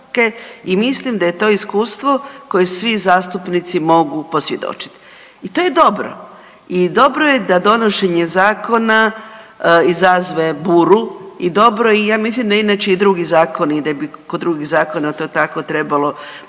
i mislim da je to iskustvo koji svi zastupnici mogu posvjedočiti i to je dobro. I dobro je da donošenje zakona izazove buru i dobro je i ja mislim da inače i drugi zakoni da bi kod drugih zakona to tako trebalo izgledati